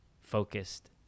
focused